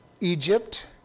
Egypt